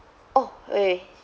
oh wait wait